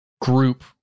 group